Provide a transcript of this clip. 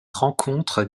rencontre